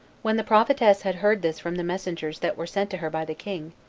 when the prophetess had heard this from the messengers that were sent to her by the king,